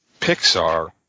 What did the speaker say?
Pixar